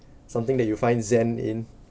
something that you find zen in